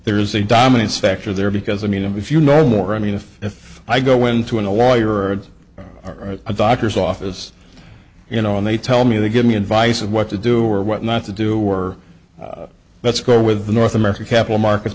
there is a dominance factor there because i mean if you know more i mean if i go into a lawyer or a doctor's office you know and they tell me they give me advice of what to do or what not to do or let's go with the north american capital markets